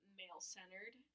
male-centered